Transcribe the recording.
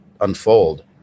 unfold